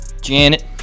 Janet